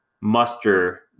muster